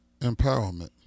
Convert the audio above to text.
empowerment